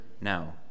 now